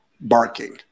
barking